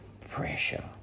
pressure